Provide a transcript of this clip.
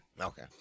Okay